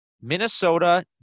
Minnesota